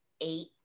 eight